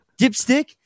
dipstick